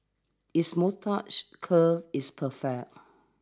his moustache curl is perfect